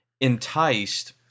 enticed